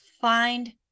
find